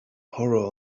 horror